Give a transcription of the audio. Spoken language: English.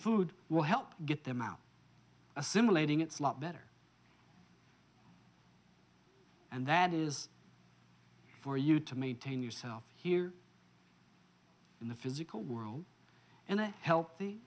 food will help get them out assimilating it's lot better and that is for you to maintain yourself here in the physical world and he